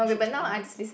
you should check him ah